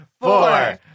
four